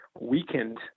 weakened